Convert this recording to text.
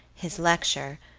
his lecture,